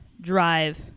drive